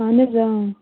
اَہن حظ